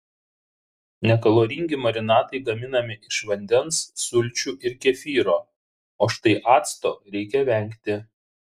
nekaloringi marinatai gaminami iš vandens sulčių ir kefyro o štai acto reikia vengti